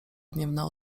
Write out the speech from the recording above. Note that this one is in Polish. gniewna